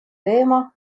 teema